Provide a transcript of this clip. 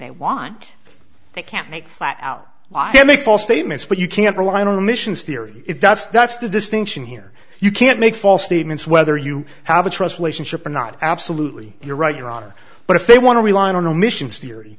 they want they can't make flat out i can make false statements but you can't rely on emissions theory if that's that's the distinction here you can't make false statements whether you have a trust relationship or not absolutely you're right your honor but if they want to rely on omissions theory